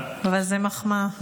אבל זאת מחמאה.